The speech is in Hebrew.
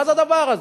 מה זה הדבר הזה?